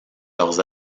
leurs